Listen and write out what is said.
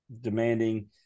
demanding